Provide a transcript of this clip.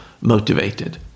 motivated